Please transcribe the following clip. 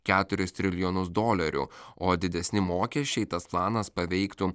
keturis trilijonus dolerių o didesni mokesčiai tas planas paveiktų